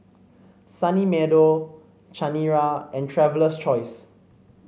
Sunny Meadow Chanira and Traveler's Choice